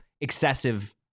excessive